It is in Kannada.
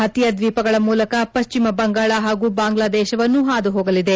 ಪತಿಯಾ ದ್ವೀಪಗಳ ಮೂಲಕ ಪಶ್ಚಿಮ ಬಂಗಾಳ ಹಾಗೂ ಬಾಂಗ್ಲಾದೇಶವನ್ನು ಹಾದುಹೋಗಲಿದೆ